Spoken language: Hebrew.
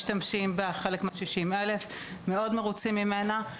הילדים שלי משתמשים בה ואגב גם מאוד מרוצים ממנה.